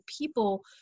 people